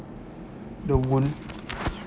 the wound